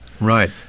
Right